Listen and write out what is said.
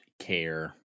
care